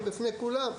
בכולם.